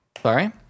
Sorry